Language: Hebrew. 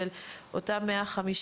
של אותם 150